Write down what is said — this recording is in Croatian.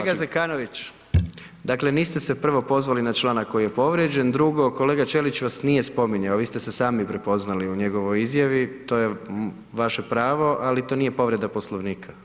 Kolega Zekanović, dakle niste se prvo pozvali na članak koji je povrijeđen, drugo kolega Ćelić vas nije spominjao, vi ste se sami prepoznali u njegovoj izjavi to je vaše pravo, ali to nije povreda Poslovnika.